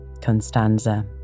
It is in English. Constanza